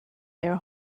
their